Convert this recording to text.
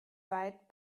weit